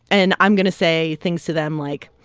and i'm going to say things to them like,